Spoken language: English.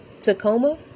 Tacoma